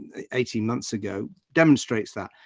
eighteen months ago demonstrates that.